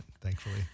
Thankfully